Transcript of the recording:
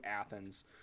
athens